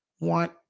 want